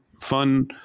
fun